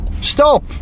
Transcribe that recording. stop